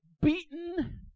beaten